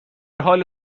حال